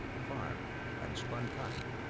farmed and spun cotton.